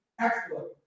Excellent